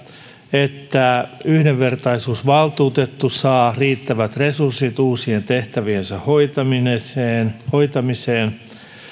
että yhdenvertaisuusvaltuutettu saa riittävät resurssit uusien tehtäviensä hoitamiseen hoitamiseen